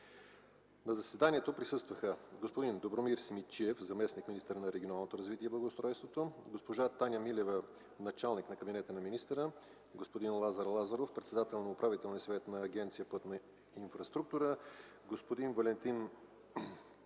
На заседанието присъстваха господин Добромир Симидчиев – заместник-министър на регионалното развитие и благоустройството, госпожа Таня Милева – началник на кабинета на министъра, господин Лазар Лазаров – председател на Управителния съвет на Агенция „Пътна инфраструктура”, господин Валентин Божков